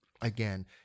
Again